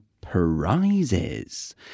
prizes